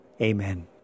Amen